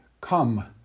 Come